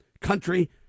country